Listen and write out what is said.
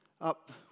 up